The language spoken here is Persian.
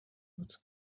بود